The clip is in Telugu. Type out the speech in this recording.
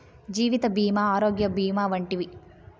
జీవిత భీమా ఆరోగ్య భీమా వంటివి